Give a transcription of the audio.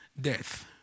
Death